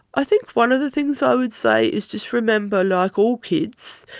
i think one of the things i would say is just remember, like all kids,